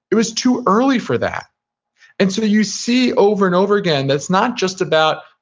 it was too early for that and so you see over and over again, that it's not just about,